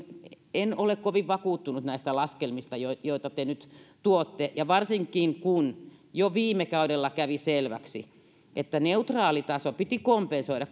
en ole kovin vakuuttunut näistä laskelmista joita joita te nyt tuotte varsinkin kun jo viime kaudella kävi selväksi että neutraalitaso piti kompensoida